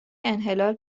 انحلال